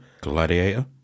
Gladiator